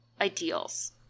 ideals